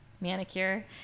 manicure